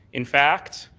in fact,